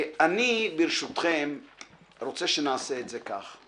אני רוצה שנעשה את זה כך: